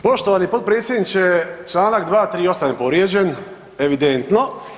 Poštovani potpredsjedniče, čl. 238 je povrijeđen, evidentno.